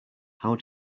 how